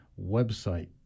website